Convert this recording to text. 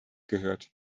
gehört